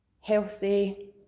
healthy